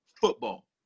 football